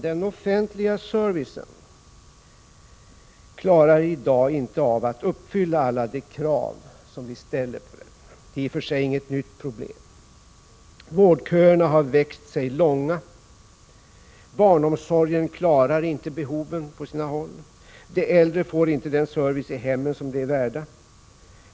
Den offentliga servicen klarar i dag inte av att uppfylla alla de krav som ställs på den — vilket i och för sig inte är något nytt problem. Vårdköerna har växt och blivit långa. Barnomsorgen klarar på sina håll inte behoven. De äldre får inte den service i hemmen som de är värda.